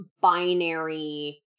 binary